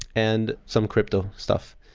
and some crypto stuff.